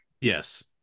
Yes